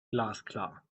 glasklar